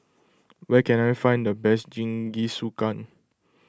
where can I find the best Jingisukan